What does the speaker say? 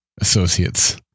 Associates